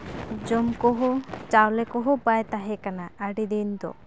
ᱡᱚᱢ ᱠᱚᱦᱚᱸ ᱪᱟᱣᱞᱮ ᱠᱚᱦᱚᱸ ᱵᱟᱭ ᱛᱟᱦᱮᱸᱠᱟᱱᱟ ᱟᱨ ᱟᱹᱰᱤ ᱫᱤᱱ ᱫᱚ